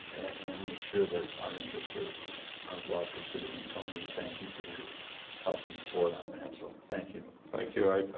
and make sure that our interests are but well pursued and tony would thank you for your help and support on that so thank you thank you i